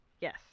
Yes